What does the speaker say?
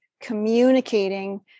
communicating